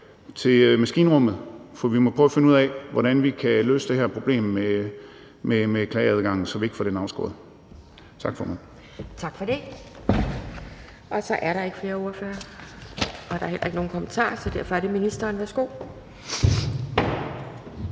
til maskinrummet, for vi må prøve at finde ud af, hvordan vi kan løse det her problem med klageadgangen, så vi ikke får den afskåret. Tak, formand. Kl. 11:40 Anden næstformand (Pia Kjærsgaard): Tak for det. Der er ikke flere ordførertaler, og der er heller ikke nogen kommentarer, så derfor er det ministeren. Værsgo.